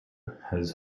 has